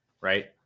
right